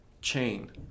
chain